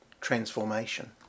transformation